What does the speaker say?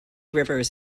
rivers